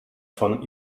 von